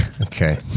Okay